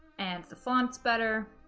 and the fonts better,